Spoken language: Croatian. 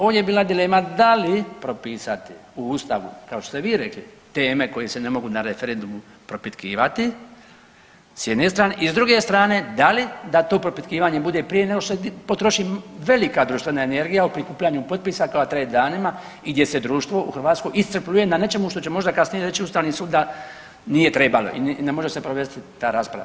Ovdje je bila dilema da li propisati u Ustavu kao što ste vi rekli teme koje se ne mogu na referendumu propitkivati s jedne strane i s druge strane da li da to propitkivanje bude prije nego što se potroši velika društvena energija u prikupljanju potpisa koja traje danima i gdje se društvo u Hrvatskoj iscrpljuje na nečemu što će možda kasnije reći Ustavni sud da nije trebalo i ne može se provesti ta rasprava.